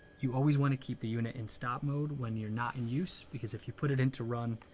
you always want to keep the unit in stop mode when you're not in use because if you put it into run.